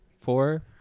four